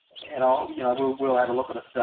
and i'll you know we'll we'll have a look at at